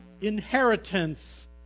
inheritance